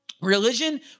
Religion